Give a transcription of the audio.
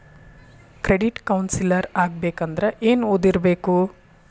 Credit counsellor ಆಗ್ಬೇಕಂದ್ರ ಏನ್ ಓದಿರ್ಬೇಕು?